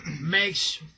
makes